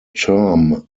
term